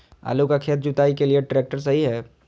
आलू का खेत जुताई के लिए ट्रैक्टर सही है?